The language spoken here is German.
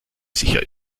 sicher